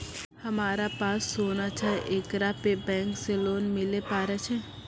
हमारा पास सोना छै येकरा पे बैंक से लोन मिले पारे छै?